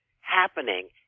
happening